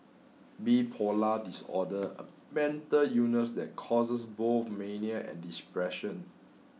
bipolar disorder a mental illness that causes both mania and depression